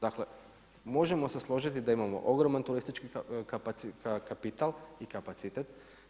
Dakle možemo se složiti da imamo ogroman turistički kapital i kapacitet.